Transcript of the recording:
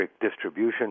distribution